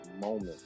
moment